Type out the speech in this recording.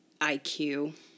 IQ